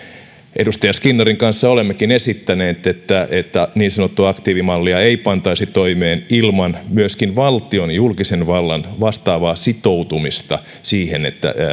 edustaja skinnarin kanssa olemmekin esittäneet että että niin sanottua aktiivimallia ei pantaisi toimeen ilman myöskin valtion julkisen vallan vastaavaa sitoutumista siihen että